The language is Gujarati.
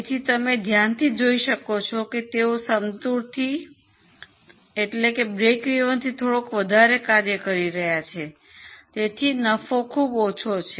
તેથી તમે ધ્યાન થી જોઈ શકો છો કે તેઓ સમતૂરથી થોડું વધારે કાર્ય કરી રહ્યા છે તેથી નફો ખૂબ ઓછો છે